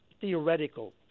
theoretical